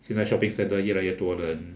现在 shopping centre 越来越多人